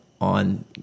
on